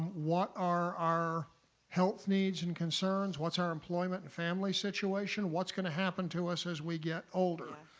what are our health needs and concerns? what's our employment and family situation? what's going to happen to us as we get older?